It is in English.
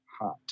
Hot